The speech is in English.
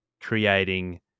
creating